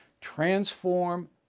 Transform